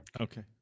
Okay